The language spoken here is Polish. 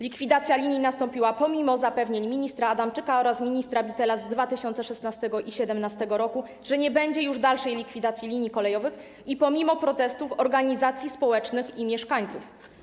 Likwidacja linii nastąpiła pomimo zapewnień ministra Adamczyka oraz ministra Bittela z 2016 r. i 2017 r., że nie będzie już dalszej likwidacji linii kolejowych, i pomimo protestów organizacji społecznych i mieszkańców.